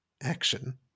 action